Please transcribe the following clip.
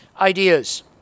ideas